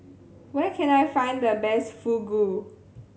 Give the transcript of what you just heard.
where can I find the best Fugu